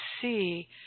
see